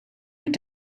mit